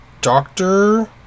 doctor